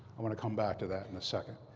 i want to come back to that in a second.